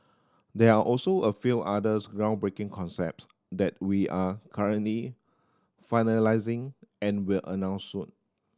there are also a few other groundbreaking concepts that we're currently finalising and will announce soon